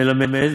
מלמד,